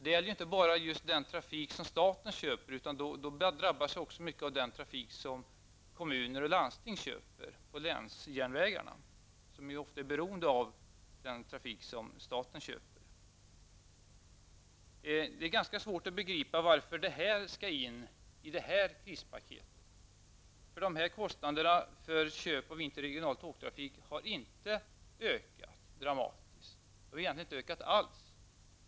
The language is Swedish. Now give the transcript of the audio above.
Det är inte bara just den trafik som staten köper som drabbas utan även den trafik som kommuner och landsting köper på länsjärnvägarna, som ju ofta är beroende av den trafik som staten köper. Det är ganska svårt att begripa varför detta skall in i det här krispaketet. Dessa kostnader för köp av interregional tågtrafik har inte ökat dramatiskt, egentligen inte alls.